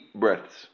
breaths